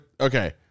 okay